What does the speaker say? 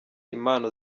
impano